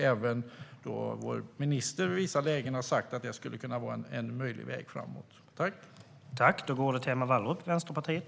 Även vår minister har i vissa lägen sagt att det skulle kunna vara en möjlig väg framåt.